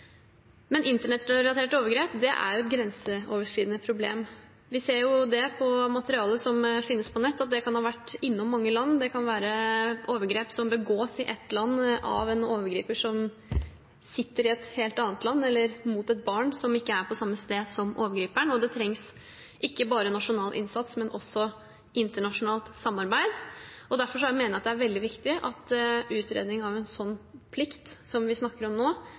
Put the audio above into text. Men internettrelaterte overgrep er et grenseoverskridende problem. Vi ser at materiale som finnes på nett, kan ha vært innom mange land. Det kan være overgrep som begås i et land av en overgriper som sitter i et helt annet land, eller mot et barn som ikke er på samme sted som overgriperen. Det trengs ikke bare nasjonal innsats, men også internasjonalt samarbeid. Derfor mener jeg det er veldig viktig at utredning av en sånn plikt som vi snakker om nå,